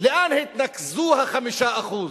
לאן התנקזו ה-5%?